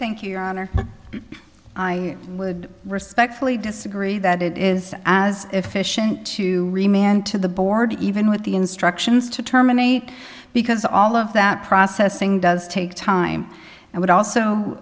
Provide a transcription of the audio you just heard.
thank you your honor i would respectfully disagree that it is as efficient to remain and to the board even with the instructions to terminate because all of that processing does take time and would also